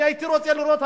אני הייתי רוצה לראות,